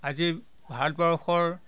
আজি ভাৰতবৰ্ষৰ